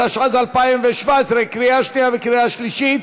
התשע"ז 2017. קריאה שנייה וקריאה שלישית.